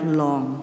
long